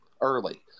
early